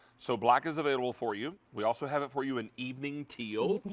so black is available for you, we also have it for you in evening teal.